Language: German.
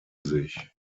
sich